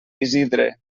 isidre